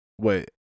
Wait